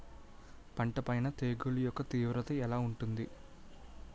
పంట పైన తెగుళ్లు యెక్క తీవ్రత ఎలా ఉంటుంది